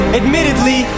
admittedly